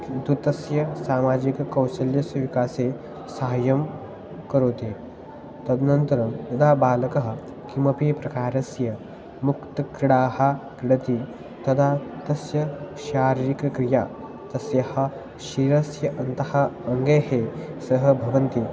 किन्तु तस्य सामाजिककौशल्यस्य विकासे सहायं करोति तदनन्तरं यदा बालकः किमपि प्रकारस्य मुक्तक्रीडाः क्रिडति तदा तस्य शारीरिकक्रिया तस्यः शिरस्य अन्तः अङ्गैः सह भवन्ति